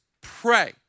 pray